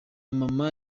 mama